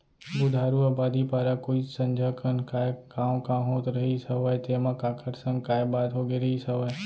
बुधारू अबादी पारा कोइत संझा कन काय कॉंव कॉंव होत रहिस हवय तेंमा काखर संग काय बात होगे रिहिस हवय?